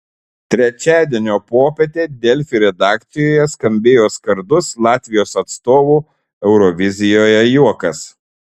trečiadienio popietę delfi redakcijoje skambėjo skardus latvijos atstovų eurovizijoje juokas